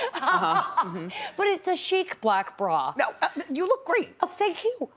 ah um but it's a chic black bra. yeah you look great. ah thank you.